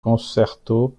concerto